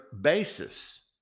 basis